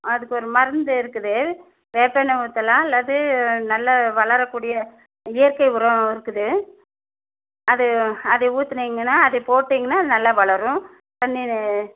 அதுக்கு ஒரு மருந்து இருக்குது வேப்பெண்ணை ஊற்றலாம் அல்லது நல்ல வளரக்கூடிய இயற்கை உரம் இருக்குது அது அதை ஊற்றுனீங்கன்னா அது போட்டிங்கன்னா அது நல்லா வளரும் தண்ணி